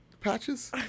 Patches